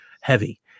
heavy